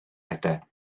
ede